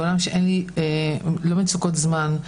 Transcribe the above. בעולם שבו אין לי לא מצוקות זמן,